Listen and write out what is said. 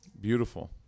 Beautiful